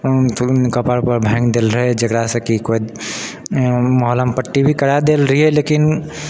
कपाड़ ओपाड़ भाङ्गि देने रहए जेकरासंँ कि कोइ मलहम पट्टी भी करा देल रहिऐ लेकिन